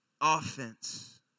offense